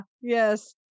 Yes